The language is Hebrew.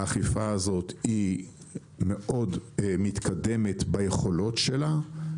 האכיפה הזאת היא מאוד מתקדמת ביכולות שלה,